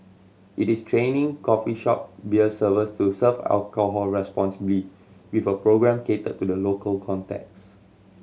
it is training coffee shop beer servers to serve alcohol responsibly with a programme catered to the local context